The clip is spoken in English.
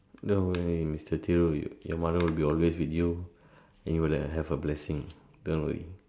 no worries mister Thiru your mother will be always with you and you'll have her blessing don't worry